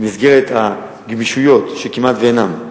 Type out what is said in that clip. במסגרת הגמישויות, שכמעט אינן,